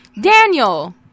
Daniel